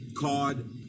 card